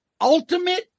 Ultimate